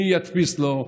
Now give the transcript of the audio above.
מי ידפיס לו,